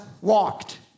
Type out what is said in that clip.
walked